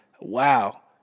wow